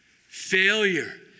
failure